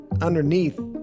underneath